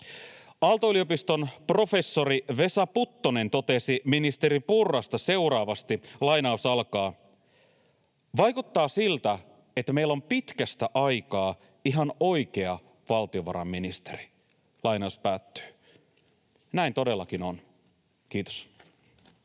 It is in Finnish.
Aalto-yliopiston professori Vesa Puttonen totesi ministeri Purrasta seuraavasti: ”Vaikuttaa siltä, että meillä on pitkästä aikaa ihan oikea valtiovarainministeri.” Näin todellakin on. — Kiitos.